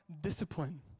discipline